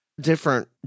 different